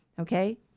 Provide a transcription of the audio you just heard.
okay